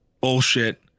bullshit